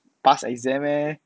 pass exam eh